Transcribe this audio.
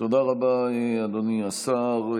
תודה רבה, אדוני השר.